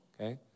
okay